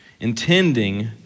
intending